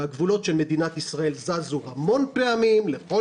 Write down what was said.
הגבולות של מדינת ישראל זזו המון פעמים לכל